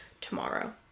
tomorrow